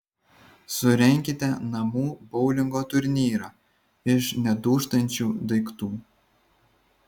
surenkite namų boulingo turnyrą iš nedūžtančių daiktų